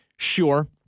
Sure